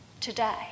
today